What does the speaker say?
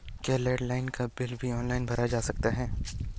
क्या लैंडलाइन का बिल भी ऑनलाइन भरा जा सकता है?